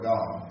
God